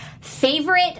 Favorite